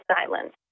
silence